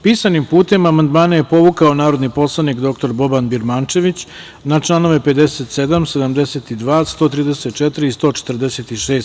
Pisanim putem amandmane je povukao narodni poslanik dr Boban Birmančević na članove 57, 72, 134. i 146.